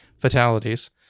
fatalities